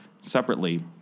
separately